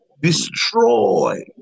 destroy